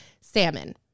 Salmon